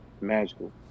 Magical